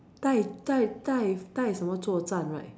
代代代代什么作战 right